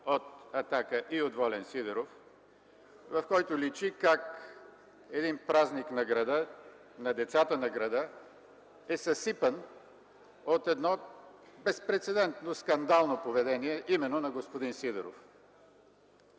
от „Атака” и от Волен Сидеров, в който личи как един празник на града, на децата на града, е съсипан от едно безпрецедентно скандално поведение именно на господин Сидеров.